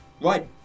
Right